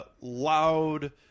loud